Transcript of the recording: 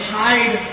hide